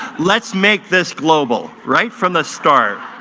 let's make this global right from the start.